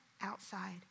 outside